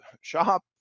shop